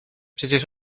przecież